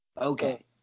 Okay